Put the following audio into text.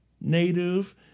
native